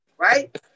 Right